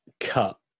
cut